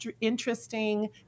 interesting